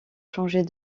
changer